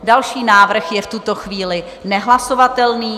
Další návrh je v tuto chvíli nehlasovatelný.